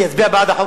יצביע בעד החוק,